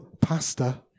pasta